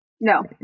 no